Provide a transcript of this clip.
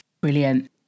Brilliant